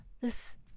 This-